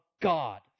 God